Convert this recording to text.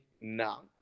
now